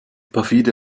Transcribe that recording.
perfide